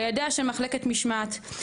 לידיה של מחלקת משמעת.